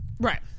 right